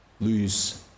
lose